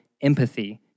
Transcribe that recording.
empathy